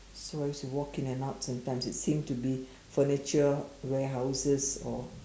so I used to walk in and out sometimes it seemed to be furniture warehouses or